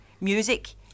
music